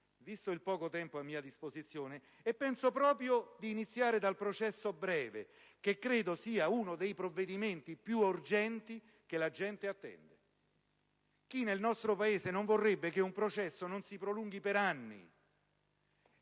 visto il poco tempo a mia disposizione, e penso proprio di iniziare dal processo breve, che credo sia uno dei provvedimenti più urgenti che la gente attende. Chi nel nostro Paese non vorrebbe che un processo non si prolungasse per anni,